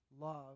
love